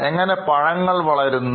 എങ്ങനെ പഴങ്ങൾ വളരുന്നു